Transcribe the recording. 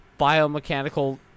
biomechanical